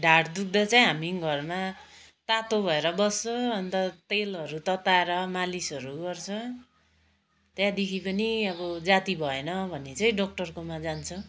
ढाड दुख्दा चाहिँ हामी घरमा तातो भएर बस्छ अन्त तेलहरू तताएर मालिसहरू गर्छ त्यहाँदेखि पनि अबो जाती भएन भने चाहिँ डक्टरकोमा जान्छ